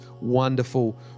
wonderful